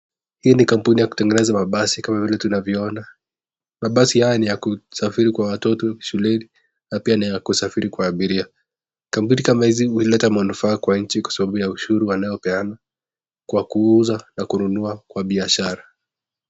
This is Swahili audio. Hii ni kampuni ya kutengeneza mabasi kama vile tunavyoona, mabasi haya ni ya kusafiri kwa watoto wa shuleni na pia ni ya kusafiri kwa abiria. Kampuni kama hizi huleta manufaa kwa nchi kwa sababu ya ushuru wanaopeana kwa kuuza na kununua kwa biashara.